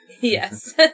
Yes